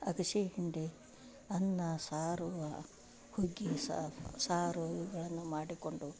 ಆಗಸೆ ಹಿಂಡಿ ಅನ್ನ ಸಾರು ಹುಗ್ಗಿ ಸಾರು ಸಾರು ಇವುಗಳನ್ನು ಮಾಡಿಕೊಂಡು